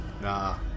nah